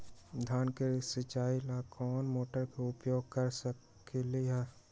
धान के सिचाई ला कोंन मोटर के उपयोग कर सकली ह?